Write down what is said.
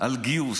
על גיוס.